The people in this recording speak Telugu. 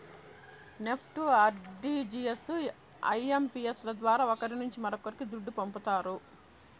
నెప్ట్, ఆర్టీజియస్, ఐయంపియస్ ల ద్వారా ఒకరి నుంచి మరొక్కరికి దుడ్డు పంపతారు